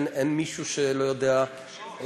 אין מישהו שלא יודע לקבל,